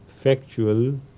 factual